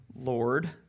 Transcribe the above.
Lord